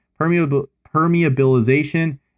permeabilization